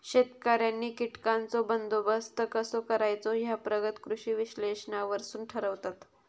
शेतकऱ्यांनी कीटकांचो बंदोबस्त कसो करायचो ह्या प्रगत कृषी विश्लेषणावरसून ठरवतत